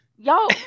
Y'all